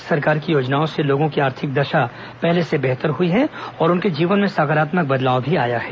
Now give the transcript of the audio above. प्रदेश सरकार की योजनाओं से लोगों की आर्थिक दशा पहले से बेहतर हुई है और उनके जीवन में सकारात्मक बदलाव आया है